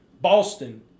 Boston